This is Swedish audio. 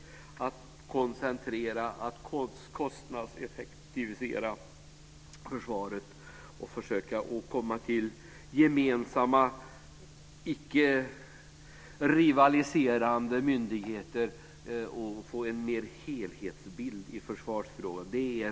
Det är att kunna koncentrera, att kostnadseffektivisera försvaret och försöka komma till gemensamma, icke rivaliserande myndigheter och få en större helhetsbild i försvarsfrågan.